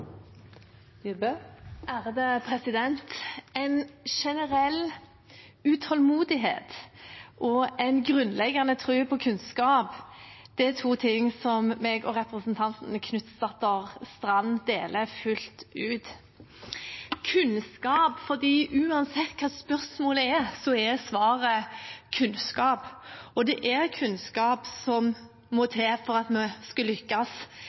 En generell utålmodighet og en grunnleggende tro på kunnskap er to ting jeg og representanten Knutsdatter Strand deler fullt ut. Uansett hva spørsmålet er, så er svaret kunnskap: Det er kunnskap som må til for at vi skal lykkes,